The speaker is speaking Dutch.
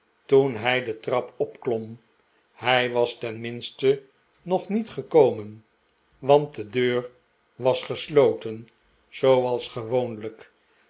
toen hij de trap opklom hij was tenminste nog niet gekomen wartt de deur was gesloten zooals gewoonlijk